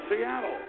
Seattle